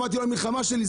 זאת המלחמה שלי.